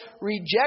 reject